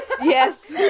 Yes